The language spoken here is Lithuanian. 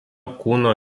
kūno